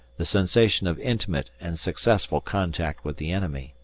the sensation of intimate and successful contact with the enemy,